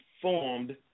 formed